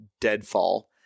deadfall